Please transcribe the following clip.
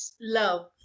Love